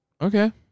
Okay